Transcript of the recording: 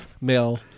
male